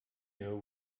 know